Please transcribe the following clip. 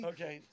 Okay